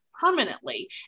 permanently